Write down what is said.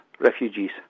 refugees